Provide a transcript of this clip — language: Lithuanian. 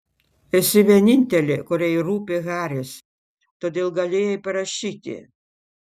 esi vienintelė kuriai rūpi haris todėl galėjai parašyti